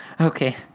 Okay